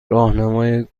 راهنمای